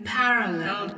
parallel